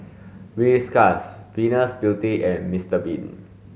Whiskas Venus Beauty and Mister bean